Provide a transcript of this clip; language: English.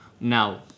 Now